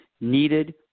needed